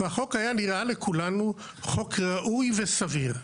והחוק היה נראה לכולנו חוק ראוי וסביר.